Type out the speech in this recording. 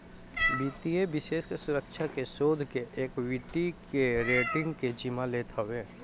वित्तीय विषेशज्ञ सुरक्षा के, शोध के, एक्वीटी के, रेटींग के जिम्मा लेत हवे